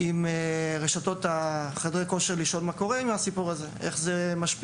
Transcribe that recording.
עם רשתות חדרי כושר כדי לשאול מה קורה עם הסיפור הזה ואיך זה משפיע.